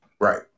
Right